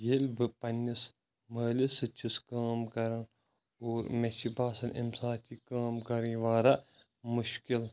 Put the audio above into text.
ییٚلہِ بہٕ پَننِس مٲلِس سۭتۍ چھُس کٲم کَران اور مے چھِ باسان امہِ ساتہٕ یہِ کٲم کَرٕنۍ واریاہ مُشکِل